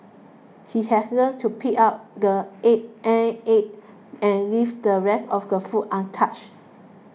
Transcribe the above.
he has learnt to pick out the egg ant eggs and leave the rest of the food untouched